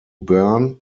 bern